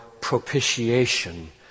propitiation